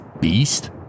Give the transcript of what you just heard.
beast